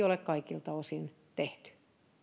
ole kaikilta osin tehty